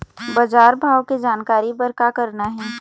बजार भाव के जानकारी बर का करना हे?